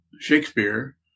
Shakespeare